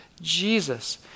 Jesus